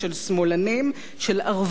של ערבים ושל יהודים,